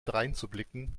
dreinzublicken